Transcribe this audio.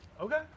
okay